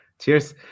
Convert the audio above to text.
Cheers